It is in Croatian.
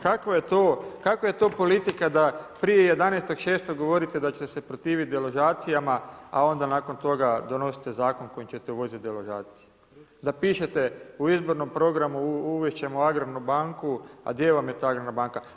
Kakva je to politika da prije 11.6. govorite da ćete se protiviti deložacijama, a onda nakon toga donosite zakon kojim ćete uvodit deložacije, da pišete u izbornom programu uvest ćemo Agrarnu banku, a gdje vam je ta Agrarna banka.